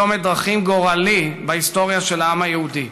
בצומת דרכים גורלי בהיסטוריה של העם היהודי.